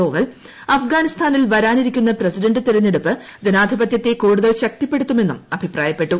ഡോവൽ അഫ്ഗാനിസ്ഥാനിൽ വരാനിരിക്കുന്ന പ്രസിഡന്റ് തെരഞ്ഞെടുപ്പ് ജനാധിപത്യത്തെ കൂടുതൽ ശക്തിപ്പെടുത്തുമെന്നും അഭിപ്രായപ്പെട്ടു